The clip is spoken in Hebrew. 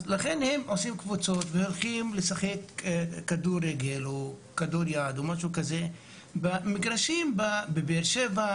לכן הם עושים קבוצות והולכים לשחק כדורגל או כדוריד במגרשים בבאר שבע,